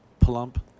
plump